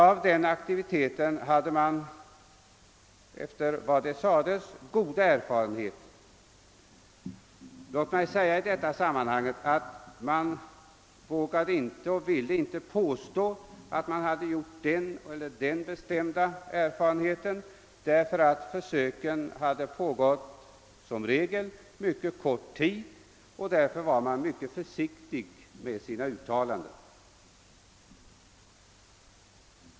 Av den aktiviteten hade man, efter vad som sades, goda erfarenheter. Man vågade eller ville dock inte påstå, att man hade gjort den ena eller andra bestämda erfarenheten, eftersom försöken i regel hade pågått mycket kort tid. Man var därför mycket försiktig med sina uttalanden.